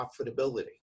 profitability